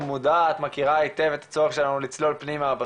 מודעת ומכירה היטב את הצורך שלנו לצלול פנימה,